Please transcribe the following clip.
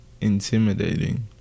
intimidating